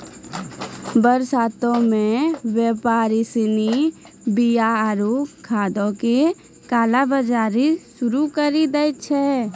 बरसातो मे व्यापारि सिनी बीया आरु खादो के काला बजारी शुरू करि दै छै